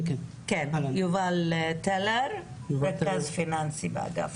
יובל טלר-חסון, רכז פיננסי באגף